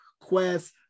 Quest